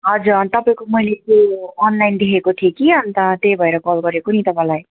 हजर अँ तपाईँको मैले त्यो अनलाइन देखेको थिएँ कि अन्त त्यही भएर कल गरेको नि तपाईँलाई